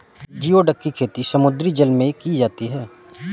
geoduck की खेती समुद्री जल में की जाती है